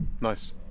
nice